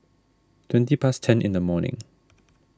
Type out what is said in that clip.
twenty past ten in the morning